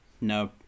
No